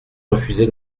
refusé